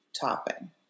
Topping